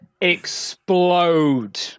explode